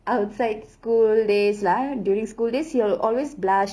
outside school days ah during school days he will always blush